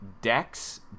decks